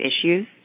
issues